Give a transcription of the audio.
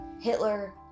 Hitler